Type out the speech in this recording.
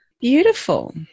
Beautiful